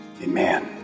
amen